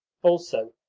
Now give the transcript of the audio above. also,